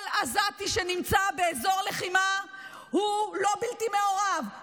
כל עזתי שנמצא באזור הלחימה הוא לא בלתי מעורב,